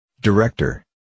Director